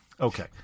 Okay